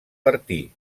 bertí